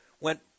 went